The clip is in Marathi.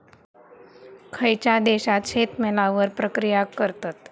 खयच्या देशात शेतमालावर प्रक्रिया करतत?